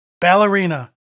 Ballerina